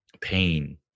pain